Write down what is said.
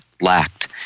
lacked